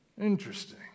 Interesting